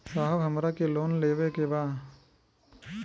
साहब हमरा के लोन लेवे के बा